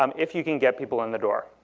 um if you can get people in the door.